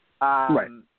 Right